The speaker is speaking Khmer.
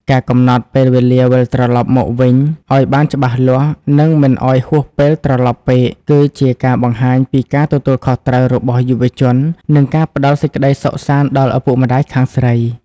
ការកំណត់ពេលវេលាវិលត្រឡប់មកផ្ទះវិញឱ្យបានច្បាស់លាស់ និងមិនឱ្យហួសពេលព្រលប់ពេក គឺជាការបង្ហាញពីការទទួលខុសត្រូវរបស់យុវជន និងការផ្ដល់សេចក្ដីសុខសាន្តដល់ឪពុកម្ដាយខាងស្រី។